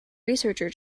researcher